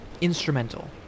instrumental